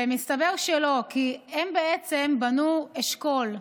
ומסתבר שלא, כי הם בעצם בנו אשכול.